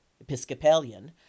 Episcopalian